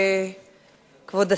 כבוד השר,